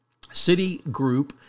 Citigroup